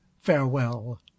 farewell